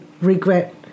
regret